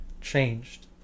changed